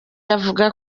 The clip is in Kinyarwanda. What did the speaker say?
avuga